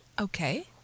okay